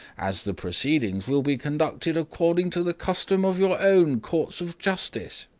as the proceedings will be conducted according to the custom of your own courts of justice.